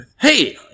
Hey